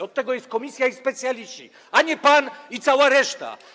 Od tego jest komisja i specjaliści, a nie pan i cała reszta.